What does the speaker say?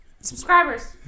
subscribers